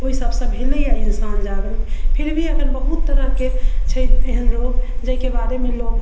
तऽ ओहिसब सॅं भेलैया इंसान जागरूक फिर भी बहुत तरह के छै एहन लोक जैके बारे मे लोक